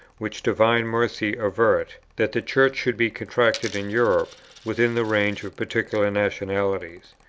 which divine mercy avert! that the church should be contracted in europe within the range of particular nationalities.